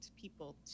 people